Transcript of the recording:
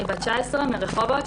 אני בת 19 מרחובות.